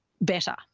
better